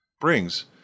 brings